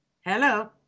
Hello